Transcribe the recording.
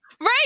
Right